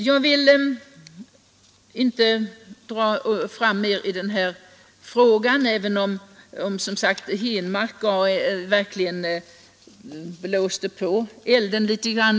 Jag skall inte gå in mera på den här frågan, även om herr Henmark blåser under elden litet grand.